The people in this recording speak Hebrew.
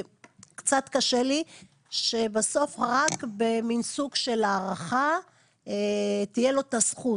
קצת קשה לי שבסוף רק במין סוג של הערכה תהיה לו את הזכות.